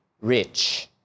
rich